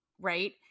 right